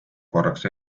korraks